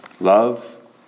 Love